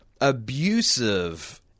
abusive